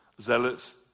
Zealots